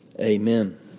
Amen